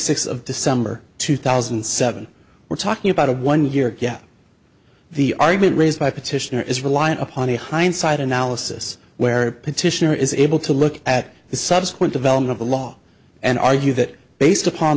sixth of december two thousand and seven we're talking about a one year gap the argument raised by petitioner is reliant upon a hindsight analysis where petitioner is able to look at the subsequent development of the law and argue that based upon